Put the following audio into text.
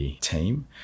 team